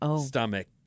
stomach